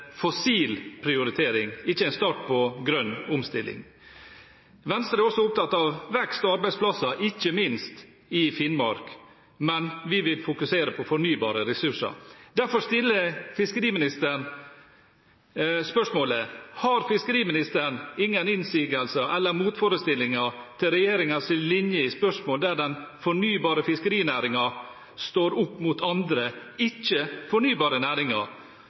fossil prioritering – ikke en start på grønn omstilling. Venstre er også opptatt av vekst og arbeidsplasser, ikke minst i Finnmark, men vi vil fokusere på fornybare ressurser. Derfor stiller jeg fiskeriministeren spørsmålet: Har fiskeriministeren ingen innsigelser eller motforestillinger til regjeringens linje i spørsmål der den fornybare fiskerinæringen står opp mot andre ikke-fornybare næringer,